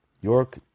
York